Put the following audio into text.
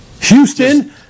Houston